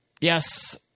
yes